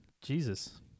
jesus